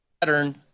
...pattern